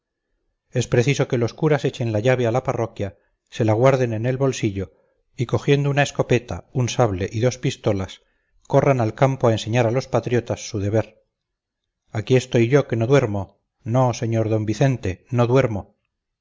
es preciso que los curas echen la llave a la parroquia se la guarden en el bolsillo y cogiendo una escopeta un sable y dos pistolas corran al campo a enseñar a los patriotas su deber aquí estoy yo que no duermo no sr d vicente no duermo